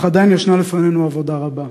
אך עדיין לפנינו עבודה רבה.